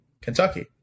Kentucky